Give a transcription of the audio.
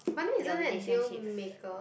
but then isn't that deal maker